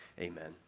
amen